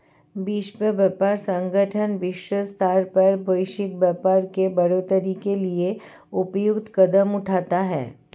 विश्व व्यापार संगठन विश्व स्तर पर वैश्विक व्यापार के बढ़ोतरी के लिए उपयुक्त कदम उठाता है